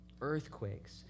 Earthquakes